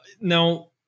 Now